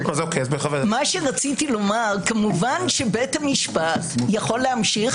מה שרציתי לומר כמובן שבית המשפט יכול להמשיך